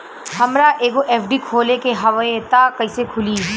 हमरा एगो एफ.डी खोले के हवे त कैसे खुली?